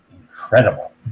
Incredible